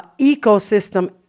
ecosystem